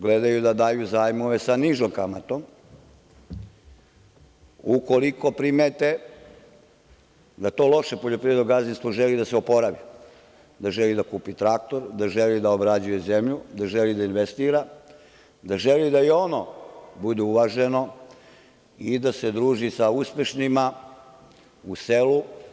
Gledaju da daju zajmove sa nižom kamatom, ukoliko primete da to loše poljoprivredno gazdinstvo želi da se oporavi, da želi da kupi traktor, da želi da obrađuje zemlju, da želi da investira, da želi da i ono bude uvaženo i da se druži sa uspešnima u selu.